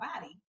body